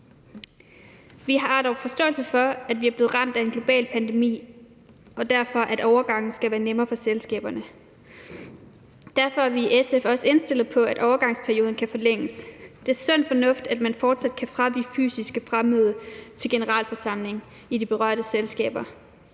Vi har dog forståelse for, at vi er blevet ramt af en global pandemi, og at overgangen derfor skal være nemmere for selskaberne. Derfor er vi i SF også indstillet på, at overgangsperioden kan forlænges. Det er sund fornuft, at man fortsat kan fravige bestemmelser om fysisk fremmøde til generalforsamlinger i de berørte selskaber.